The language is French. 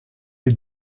est